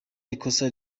ikosa